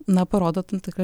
na parodo tam tikrą